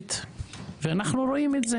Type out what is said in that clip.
וציבורית ואנחנו רואים את זה.